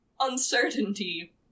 uncertainty